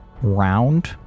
round